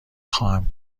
خواهم